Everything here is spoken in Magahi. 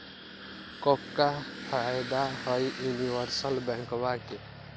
क्का फायदा हई यूनिवर्सल बैंकवा के?